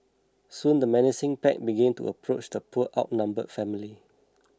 soon the menacing pack began to approach the poor outnumbered family